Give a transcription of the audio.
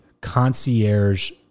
concierge